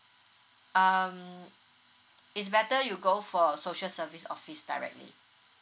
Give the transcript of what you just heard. um it's better you go for a social service office directly